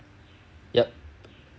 yup